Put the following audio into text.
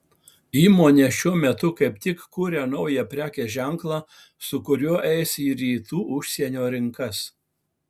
įmonė šiuo metu kaip tik kuria naują prekės ženklą su kuriuo eis į užsienio rinkas